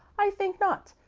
i think not.